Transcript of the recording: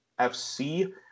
FC